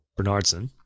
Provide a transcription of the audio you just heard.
Bernardson